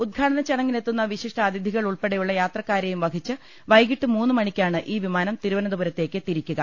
ഉദ്ഘാടനച്ചടങ്ങിനെത്തുന്ന വിശിഷ്ട്യാതിഥികൾ ഉൾപ്പെടെയുളള യാത്രക്കാരെയും വഹിച്ച് ഉപ്പെകിട്ട് മൂന്നു മണിക്കാണ് ഈ വിമാനം തിരുവനന്തപുരത്തേക്ക് തിരിക്കുക